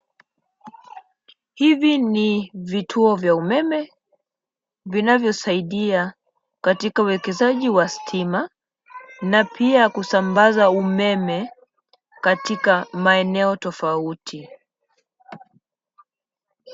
Hivi ni vituo vya umeme vinavyosaidia katika uwekezaji wa stima na pia kusambaza umeme katika maeneo tofauti.